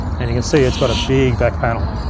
and you can see it's got a big back panel.